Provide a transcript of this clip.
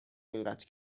انقدر